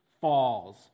falls